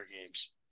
games